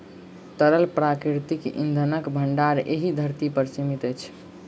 तरल प्राकृतिक इंधनक भंडार एहि धरती पर सीमित अछि